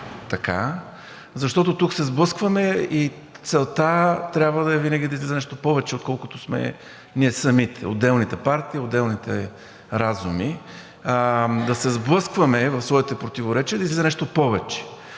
така, защото тук се сблъскваме и целта трябва да е винаги да излиза нещо повече, отколкото сме ние самите – отделните партии, отделните разуми, да се сблъскваме в своите противоречия, да излиза нещо повече.